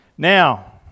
Now